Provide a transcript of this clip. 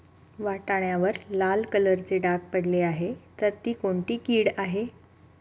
वाटाण्यावर लाल कलरचे डाग पडले आहे तर ती कोणती कीड आहे?